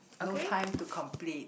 no time to complete